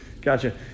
gotcha